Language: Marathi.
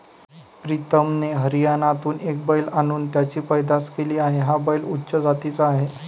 प्रीतमने हरियाणातून एक बैल आणून त्याची पैदास केली आहे, हा बैल उच्च जातीचा आहे